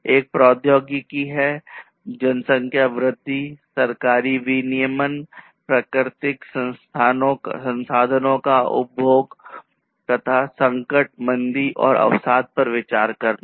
एक प्रौद्योगिकी है जनसंख्या वृद्धि सरकारी विनियमन प्राकृतिक संसाधनों का उपभोग तथा संकट मंदी और अवसाद पर विचार करना